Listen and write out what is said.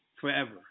forever